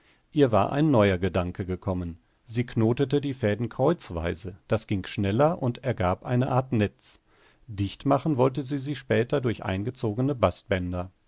ihr war ein neuer gedanke gekommen sie knotete die fäden kreuzweise das ging schneller und ergab eine art netz dichtmachen wollte sie sie später durch eingezogene